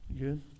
Good